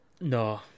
No